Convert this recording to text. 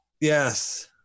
Yes